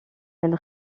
elle